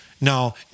Now